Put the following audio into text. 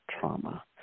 trauma